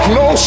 no